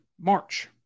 March